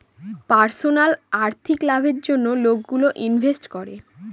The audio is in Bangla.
পার্সোনাল আর্থিক লাভের জন্য লোকগুলো ইনভেস্ট করে